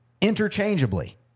interchangeably